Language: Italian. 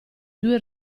due